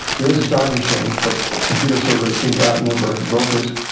there is a stock exchange, but computer servers seem to outnumber brokers,